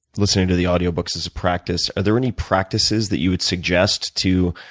listening to the audio books as a practice. are there any practices that you would suggest to